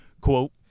Quote